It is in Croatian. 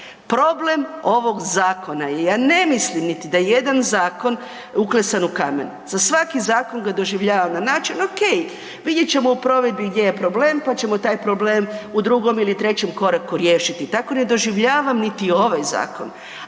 Problem ovog zakona je, ja ne mislim niti da je jedan zakon uklesan u kamen, za svaki zakon ga doživljavam na način, ok, vidjet ćemo u provedbi gdje je problem pa ćemo taj problem u drugom ili trećem koraku riješiti. Tako ne doživljavam niti ovaj zakon